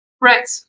Right